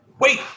wait